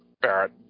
Barrett